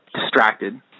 distracted